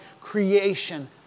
creation